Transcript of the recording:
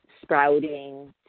sprouting